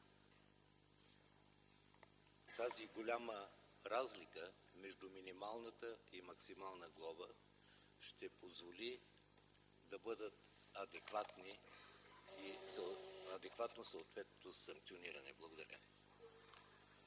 тази голяма разлика между минималната и максимална глоба ще позволи да бъде адекватно и съответното санкциониране. Благодаря.